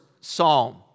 psalm